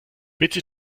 bitte